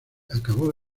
acabó